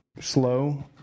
slow